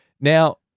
Now